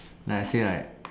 like I say like